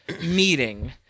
meeting-